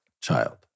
child